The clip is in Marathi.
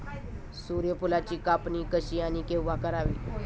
सूर्यफुलाची कापणी कशी आणि केव्हा करावी?